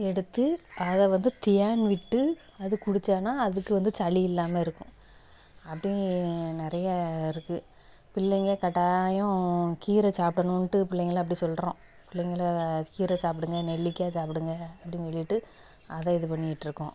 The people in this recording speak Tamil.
எடுத்து அதை வந்து தேன் விட்டு அது குடித்தோன்னா அதுக்கு வந்து சளி இல்லாமல் இருக்கும் அப்படி நிறைய இருக்குது பிள்ளைங்கள் கட்டாயம் கீரை சாப்பிடணுன்ட்டு பிள்ளைங்களை அப்படி சொல்கிறோம் பிள்ளைங்களை கீரை சாப்பிடுங்க நெல்லிக்காய் சாப்பிடுங்க அப்படின்னு சொல்லிகிட்டு அதை இது பண்ணிகிட்ருக்கோம்